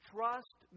Trust